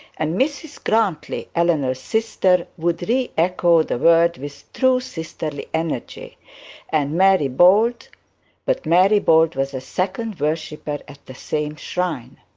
and mrs grantly, eleanor's sister, would re-echo the word with true sisterly energy and mary bold but mary bold was a second worshipper at the same shrine.